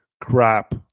crap